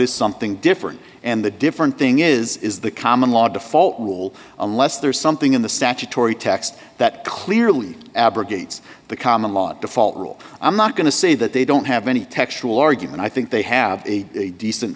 is something different and the different thing is is the common law default rule unless there is something in the statutory text that clearly abrogates the common law default rule i'm not going to say that they don't have any textual argument i think they have the a decent